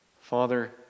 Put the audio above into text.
Father